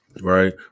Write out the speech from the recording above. right